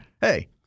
hey